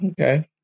Okay